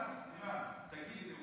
תגידי,